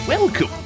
Welcome